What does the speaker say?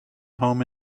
home